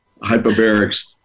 hyperbarics